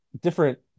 different